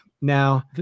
now